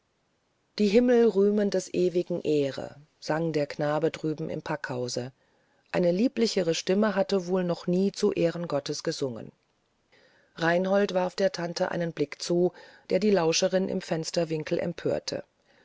die himmel rühmen des ewigen ehre sang der knabe drüben im packhause eine lieblichere stimme hatte wohl noch nie zur ehre gottes gesungen reinhold warf der tante einen blick zu der die lauscherin im fensterwinkel empörte